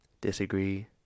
Disagree